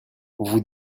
vous